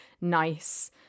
nice